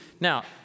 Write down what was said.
Now